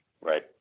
Right